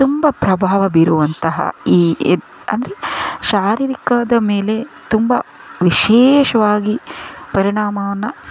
ತುಂಬ ಪ್ರಭಾವ ಬೀರುವಂತಹ ಈ ಎ ಅಂದರೆ ಶಾರೀರಿಕದ ಮೇಲೆ ತುಂಬ ವಿಶೇಷವಾಗಿ ಪರಿಣಾಮವನ್ನು